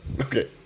Okay